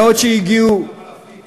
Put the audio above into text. מאות שהגיעו, זה אותם אלפים.